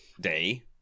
day